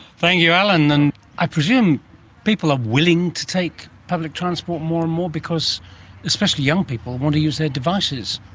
thank you alan. and i presume people are willing to take public transport more and more because especially young people want to use their devices.